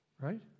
Right